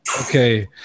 Okay